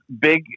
big